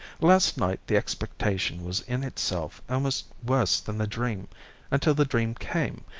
last night the expectation was in itself almost worse than the dream until the dream came,